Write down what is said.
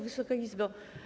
Wysoka Izbo!